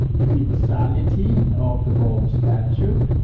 universality of the rome statute,